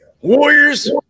Warriors